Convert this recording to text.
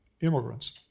immigrants